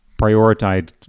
Prioritized